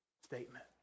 statement